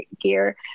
Gear